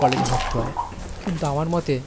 কলেজে ভত্তি হয় কিন্তু আমার মতে